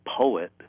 poet